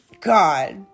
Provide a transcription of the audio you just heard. God